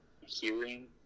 hearing